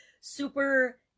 super